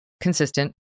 consistent